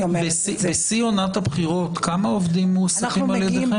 בשיא עונת הבחירות, כמה עובדים מועסקים על ידיכם?